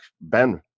Ben